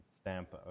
stamp